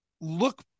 look